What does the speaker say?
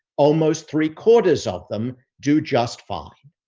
almost three quarters of them do just fine.